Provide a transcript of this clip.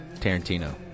Tarantino